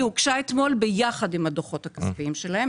היא הוגשה אתמול ביחד עם הדוחות הכספיים שלהם.